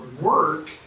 work